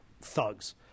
thugs